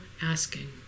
asking